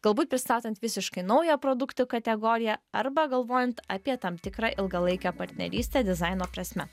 galbūt pristatant visiškai naują produktų kategoriją arba galvojant apie tam tikrą ilgalaikę partnerystę dizaino prasme